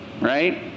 right